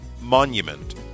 Monument